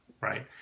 right